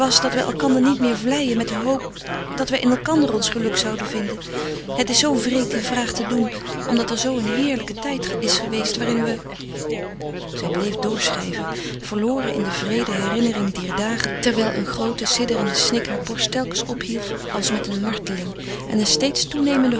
dat wij elkander niet meer vleien met de hoop dat wij in elkander ons geluk zouden vinden het is zoo wreed die vraag te doen omdat er zoo een heerlijke tijd is geweest waarin we zij bleef doorschrijven verloren in de wreede herinnering dier dagen terwijl een groote sidderende snik haar borst telkens ophief als met een marteling en een steeds toenemende